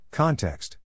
Context